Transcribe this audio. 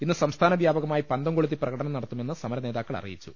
ഇന്ന് സംസ്ഥാന വ്യാപകമായി പന്തംകൊളുത്തി പ്രകടനം നടത്തുമെന്ന് സമരനേതാക്കൾ അറിയിച്ചു